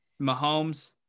Mahomes –